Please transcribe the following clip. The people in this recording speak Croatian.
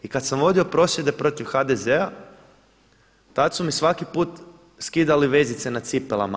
I kada sam vodio prosvjede protiv HDZ-a tada su mi svaki put skidali vezice na cipelama.